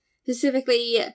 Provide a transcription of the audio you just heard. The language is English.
Specifically